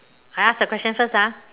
I ask the question first ah